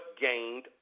gained